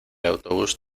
autobús